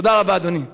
תודה רבה, אדוני.